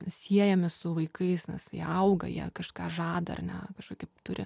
siejami su vaikais nes jie auga jie kažką žada ar ne kažkokį turi